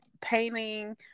painting